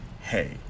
Hey